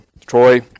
Troy